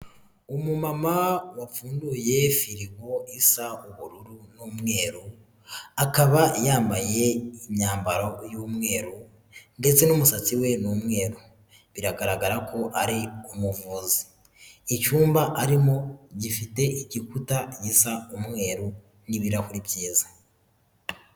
Umumama wapfunduye firigo isa ubururu n'umweru, akaba yambaye imyambaro y'umweru ndetse n'umusatsi we ni umweru, biragaragara ko ari umuvuzi. Icyumba arimo gifite igikuta gisa umweru n'ibirahuri byiza.